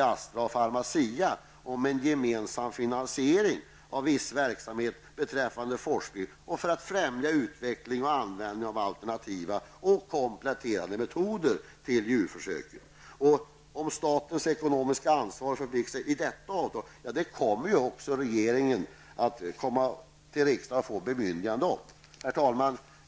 Astra och Pharmacia om en gemensam finansiering av viss verksamhet beträffande forskning och för att främja utveckling och användning av alternativa och kompletterande metoder. Regeringen kommer också att begära riksdagens bemyndigande beträffande statens ekonomiska ansvar och förpliktelser i detta avtal. Herr talman!